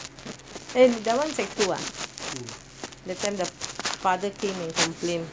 sec~ two ah father came and complain